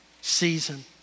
season